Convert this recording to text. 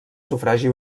sufragi